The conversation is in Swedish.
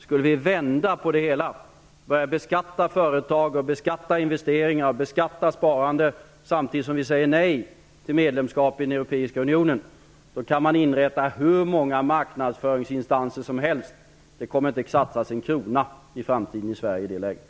Skulle vi vända på det hela och börja beskatta företag, investeringar och sparande samtidigt som vi säger nej till medlemskap i den europeiska unionen, kan man inrätta hur många marknadsföringsinstanser som helst. Det kommer inte att satsas en krona i framtiden i Sverige i det läget.